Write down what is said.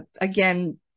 again